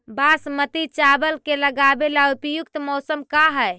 बासमती चावल के लगावे ला उपयुक्त मौसम का है?